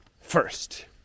first